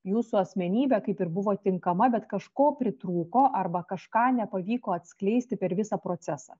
jūsų asmenybė kaip ir buvo tinkama bet kažko pritrūko arba kažką nepavyko atskleisti per visą procesą